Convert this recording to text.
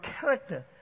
character